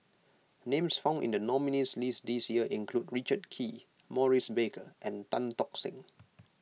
names found in the nominees' list this year include Richard Kee Maurice Baker and Tan Tock Seng